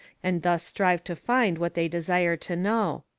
and thus strive to find what they desire to know.